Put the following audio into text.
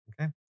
Okay